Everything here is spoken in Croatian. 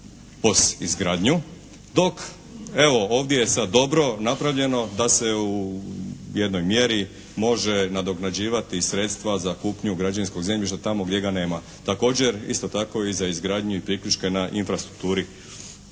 POS izgradnju dok evo ovdje je sad dobro napravljeno da se u jednoj mjeri može nadoknađivati sredstva za kupnju građevinskog zemljišta tamo gdje ga nema. Također isto tako i za izgradnju i priključke na infrastrukturi.